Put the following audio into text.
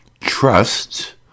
trust